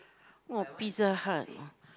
oh Pizza-Hut know